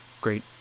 great